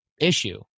issue